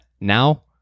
now